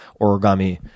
origami